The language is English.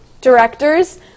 directors